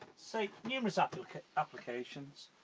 say numerous ah applications,